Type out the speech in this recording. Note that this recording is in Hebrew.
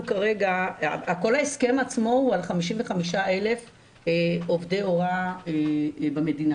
כל ההסכם עצמו הוא על 55,000 עובדי הוראה במדינה.